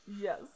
Yes